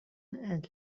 and